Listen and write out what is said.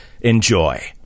enjoy